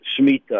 Shemitah